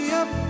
up